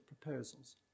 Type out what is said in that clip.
proposals